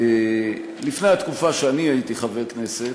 לפני התקופה שאני הייתי חבר כנסת,